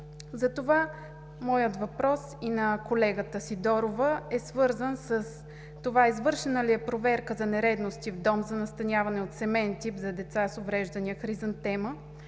Затова моят въпрос и на колегата Сидорова е свързан с това: извършена ли е проверка за нередности в Дом за настаняване от семеен тип за деца с увреждания „Хризантема“?